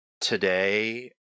today